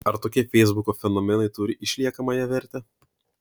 ar tokie feisbuko fenomenai turi išliekamąją vertę